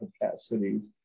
capacities